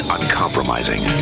uncompromising